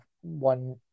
one